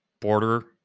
border